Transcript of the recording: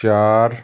ਚਾਰ